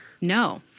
No